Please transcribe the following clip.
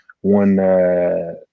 one